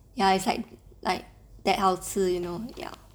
ya it's like like like 好吃 you know ya